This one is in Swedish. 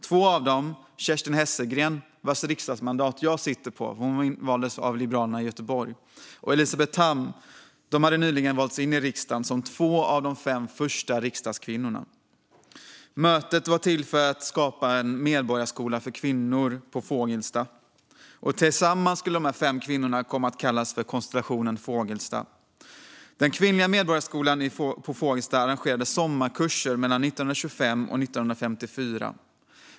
Två av dem, Kerstin Hesselgren - vars riksdagsmandat jag sitter på; hon valdes in för Liberalerna i Göteborg - och Elisabeth Tamm, hade nyligen valts in i riksdagen som två av de fem första riksdagskvinnorna. Syftet med mötet var att skapa en medborgarskola för kvinnor på Fogelstad. Tillsammans skulle de fem kvinnorna komma att kallas för Fogelstadgruppen eller Konstellationen. Den kvinnliga medborgarskolan på Fogelstad arrangerade sommarkurser mellan 1925 och 1954.